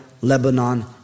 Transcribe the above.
Lebanon